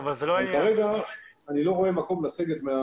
כרגע אני לא רואה מקום לסגת.